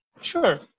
sure